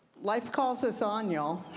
life called us on, y'all.